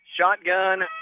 Shotgun